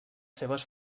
seves